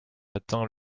atteint